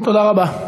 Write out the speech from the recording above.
תודה רבה.